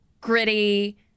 gritty